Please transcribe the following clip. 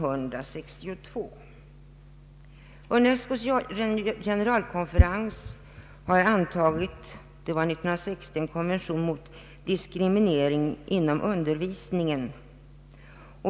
Unescos generalkonferens antog år 1960 en konvention mot diskriminering inom undervisningen.